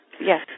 Yes